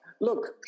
Look